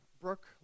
Brooke